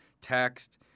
text